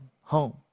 home